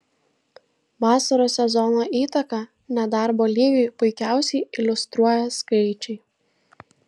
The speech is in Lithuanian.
vasaros sezono įtaką nedarbo lygiui puikiausiai iliustruoja skaičiai